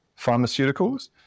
Pharmaceuticals